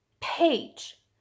page